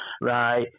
right